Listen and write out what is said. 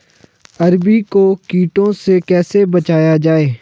अरबी को कीटों से कैसे बचाया जाए?